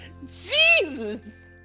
Jesus